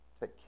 Take